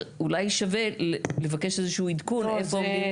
אולי שווה לבקש עדכון איפה עומדים.